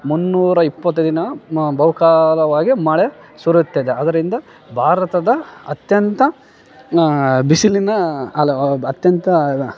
ಮುನ್ನೂರ ಇಪ್ಪತ್ತು ದಿನ ಮ ಬಹುಕಾಲವಾಗಿ ಮಳೆ ಸುರಿತ್ತದೆ ಆದ್ರಿಂದ ಭಾರತದ ಅತ್ಯಂತ ಬಿಸಿಲಿನ ಅಲ ಅತ್ಯಂತ